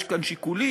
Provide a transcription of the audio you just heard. יש כאן שיקולים,